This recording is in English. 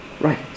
right